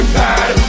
bad